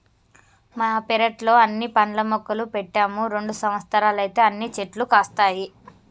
మా పెరట్లో అన్ని పండ్ల మొక్కలు పెట్టాము రెండు సంవత్సరాలైతే అన్ని చెట్లు కాస్తాయి